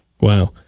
Wow